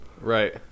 right